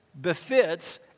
befits